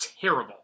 terrible